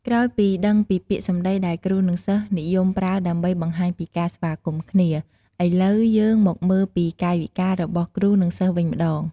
ក្រោយពីដឹងពីពាក្យសម្ដីដែលគ្រូ និងសិស្សនិយមប្រើដើម្បីបង្ហាញពីការស្វាគមន៍គ្នា ឥឡូវយើងមកមើលពីកាយវិការរបស់គ្រូ និង សិស្សវិញម្ដង។